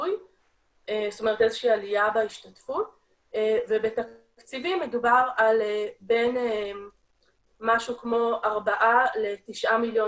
עלייה בהשתתפות ובתקציבים מדובר על בין משהו ארבעה לתשעה מיליון